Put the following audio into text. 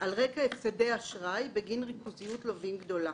על רקע הפסדי אשראי בגין ריכוזיות לווים גדולה.